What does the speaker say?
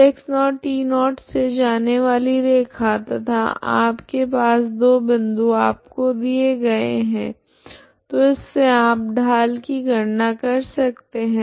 तो x0t0 से जाने वाली रैखा तथा आपके पास दो बिंदु आपको दिये गए है तो इस से आप ढाल की गणना कर सकते है